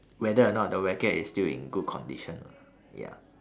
whether or not the racket is still in good condition ah ya